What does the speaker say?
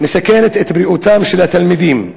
מסכנת את בריאותם של התלמידים.